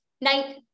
night